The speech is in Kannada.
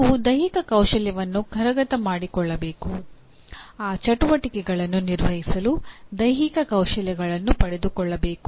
ನೀವು ದೈಹಿಕ ಕೌಶಲ್ಯವನ್ನು ಕರಗತ ಮಾಡಿಕೊಳ್ಳಬೇಕು ಆ ಚಟುವಟಿಕೆಗಳನ್ನು ನಿರ್ವಹಿಸಲು ದೈಹಿಕ ಕೌಶಲ್ಯಗಳನ್ನು ಪಡೆದುಕೊಳ್ಳಬೇಕು